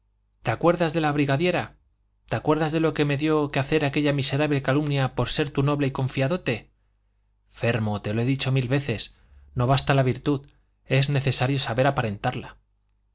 te acuerdas de la brigadiera te acuerdas de lo que me dio que hacer aquella miserable calumnia por ser tú noble y confiadote fermo te lo he dicho mil veces no basta la virtud es necesario saber aparentarla yo desprecio la